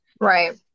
Right